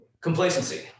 Complacency